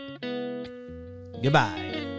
Goodbye